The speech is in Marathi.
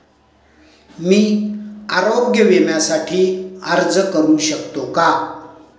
मी आरोग्य विम्यासाठी अर्ज करू शकतो का?